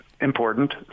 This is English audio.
important